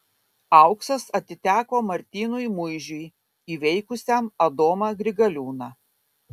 auksas atiteko martynui muižiui įveikusiam adomą grigaliūną